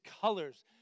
colors